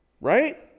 Right